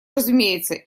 разумеется